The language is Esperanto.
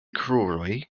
kruroj